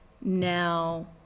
now